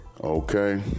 Okay